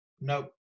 nope